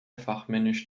fachmännisch